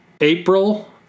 april